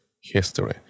history